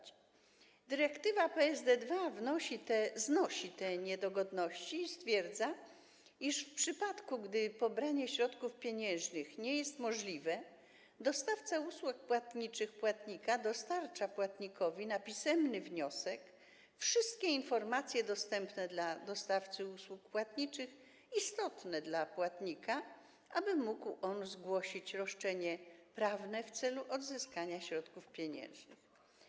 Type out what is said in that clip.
Dyrektywa PSD2 znosi te niedogodności i stwierdza, iż w przypadku gdy pobranie środków pieniężnych nie jest możliwe, dostawca usług płatniczych płatnika dostarcza płatnikowi, na pisemny wniosek, wszystkie informacje dostępne dla dostawcy usług płatniczych istotne dla płatnika, aby mógł on zgłosić roszczenie prawne w celu odzyskania środków pieniężnych.